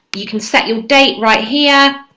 you can set your date right here,